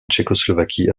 tchécoslovaquie